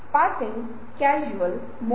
इस बात की क्या गारंटी है कि मैं फिक्शन नहीं हूं